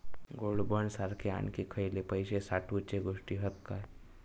Gold bond सारखे आणखी खयले पैशे साठवूचे गोष्टी हत काय?